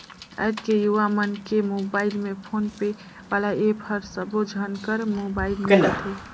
आएज के युवा मन के मुबाइल में फोन पे वाला ऐप हर सबो झन कर मुबाइल में रथे